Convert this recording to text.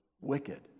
wicked